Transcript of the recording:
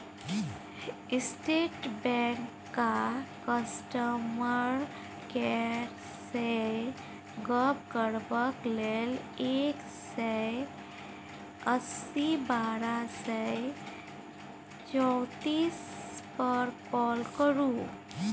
state बैंकक customer केयरसँ गप्प करबाक लेल एक सय अस्सी बारह सय चौतीस पर काँल करु